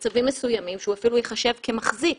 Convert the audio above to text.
על מצבו הרפואי של אדם או על מצבו הנפשי,